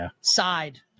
side